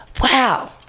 Wow